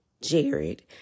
Jared